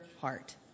heart